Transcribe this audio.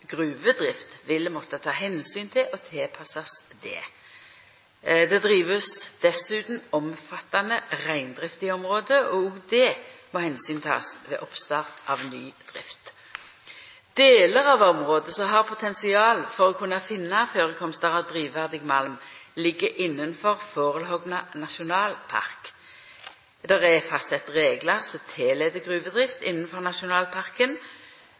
gruvedrift vil måtta ta omsyn til og tilpassast dette. Det blir dessutan drive omfattande reindrift i området, og òg dette må ein ta omsyn til ved oppstart av ny drift. Delar av området som har potensial for å kunna finna førekomstar av drivverdig malm, ligg innafor Forollhogna nasjonalpark. Det er fastsett reglar som tillèt gruvedrift innafor nasjonalparken.